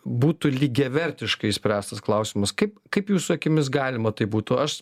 būtų lygiavertiškai išspręstas klausimas kaip kaip jūsų akimis galima taip būtų aš